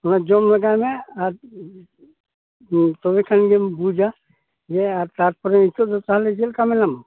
ᱚᱱᱟ ᱡᱚᱢ ᱞᱮᱜᱟᱭ ᱢᱮ ᱟᱨ ᱛᱚᱵᱮ ᱠᱷᱟᱱ ᱜᱮᱢ ᱵᱩᱡᱟ ᱡᱮ ᱛᱟᱨᱯᱚᱨᱮ ᱱᱤᱛᱳᱜ ᱫᱚ ᱛᱟᱦᱮᱞᱮ ᱪᱮᱫ ᱞᱮᱠᱟ ᱢᱮᱱᱟᱢᱟ